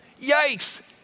Yikes